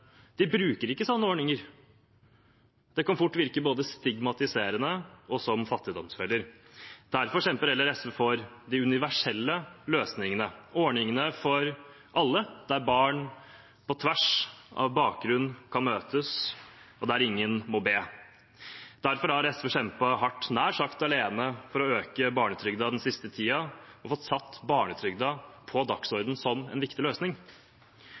de bruker ikke sånne ordninger. Det kan fort virke både stigmatiserende og som fattigdomsfeller. Derfor kjemper SV heller for de universelle løsningene, ordningene for alle, der barn på tvers av bakgrunn kan møtes, og der ingen må be. Derfor har SV kjempet hardt – nær sagt alene – for å øke barnetrygden den siste tiden og fått satt barnetrygden på dagsordenen som en viktig løsning.